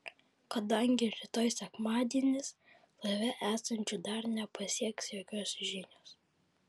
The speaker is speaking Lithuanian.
kadangi rytoj sekmadienis laive esančių dar nepasieks jokios žinios